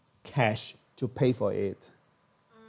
cash to pay for it